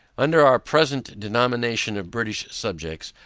under our present denomination of british subjects,